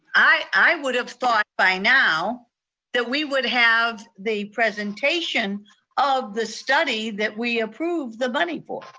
i would have thought by now that we would have the presentation of the study that we approved the money for.